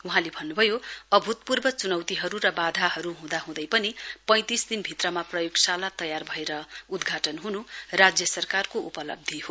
वहाँले भन्नुभयो अभूतपूर्व चुनौतीहरू र वाधाहरू हुँदा हुँदै पनि पैंतिस दिन भित्रमा प्रयोगसाला तयार भएर उद्घाटन हुनु राज्य सरकारको उपलब्धि हो